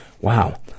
Wow